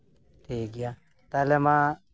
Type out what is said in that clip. ᱴᱷᱤᱠ ᱜᱮᱭᱟ ᱛᱟᱦᱚᱞᱮ ᱢᱟ